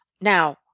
Now